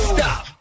Stop